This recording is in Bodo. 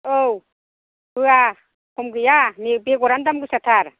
औ होआ खम गैया बेगरानो दाम गोसाथार